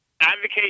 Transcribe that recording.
advocate